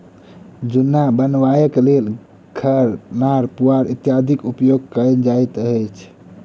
जुन्ना बनयबाक लेल खढ़, नार, पुआर इत्यादिक उपयोग कयल जाइत अछि